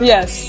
Yes